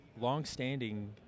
long-standing